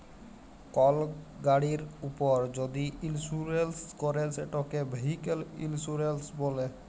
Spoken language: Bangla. কল গাড়ির উপর যদি ইলসুরেলস ক্যরে সেটকে ভেহিক্যাল ইলসুরেলস ব্যলে